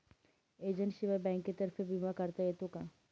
एजंटशिवाय बँकेतर्फे विमा काढता येतो का?